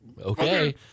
okay